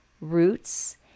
roots